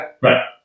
right